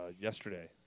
yesterday